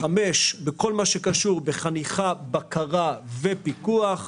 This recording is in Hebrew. חמש - בכל מה שקשור בחניכה, בקרה ופיקוח,